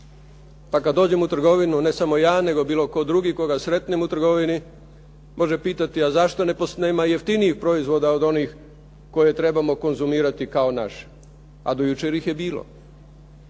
Pa kada dođem u trgovinu, ne samo ja nego bilo tko drugi, koga sretnem u trgovini, može pitati a zašto nema jeftinijih proizvoda od onih koje trebamo konzumirati kao naše, a do jučer ih je bilo.